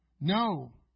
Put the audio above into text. No